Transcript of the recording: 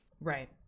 Right